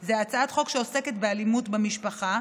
היא הצעת חוק שעוסקת באלימות במשפחה.